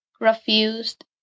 refused